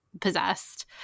possessed